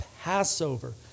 Passover